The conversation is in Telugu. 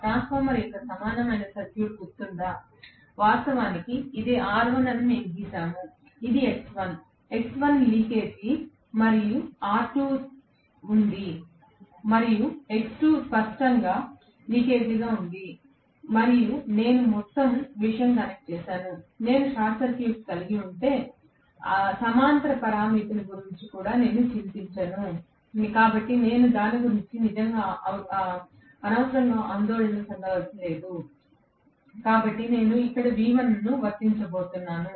ట్రాన్స్ఫార్మర్ యొక్క సమానమైన సర్క్యూట్ మీకు గుర్తుందా వాస్తవానికి ఇది R1 అని మేము గీసాము ఇది X1 X1 లీకేజ్ మరియు నాకు R2 ఉంది మరియు X2 స్పష్టంగా లీకేజీగా ఉంది మరియు నేను మొత్తం విషయం కనెక్ట్ చేసాను నేను షార్ట్ సర్క్యూట్ కలిగి ఉంటే సమాంతర పరామితి గురించి కూడా నేను చింతించను కాబట్టి నేను దాని గురించి నిజంగా అనవసరంగా ఆందోళన చెందలేదు కాబట్టి నేను ఇక్కడ V1 ను వర్తించబోతున్నాను